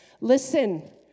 Listen